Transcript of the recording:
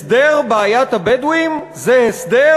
הסדר בעיית הבדואים, זה הסדר?